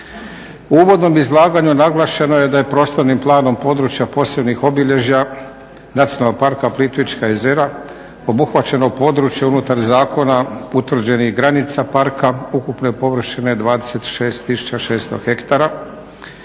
uvodnom izlaganju naglašeno je da Prostornim planom područja posebnih obilježja Nacionalnog parka Plitvička jezera obuhvaćeno područje unutar zakona utvrđenih granica parka ukupne površine 26 600 hektara,